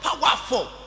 powerful